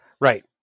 right